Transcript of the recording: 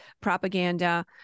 propaganda